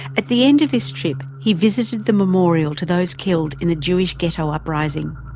at the end of this trip he visited the memorial to those killed in the jewish ghetto uprising.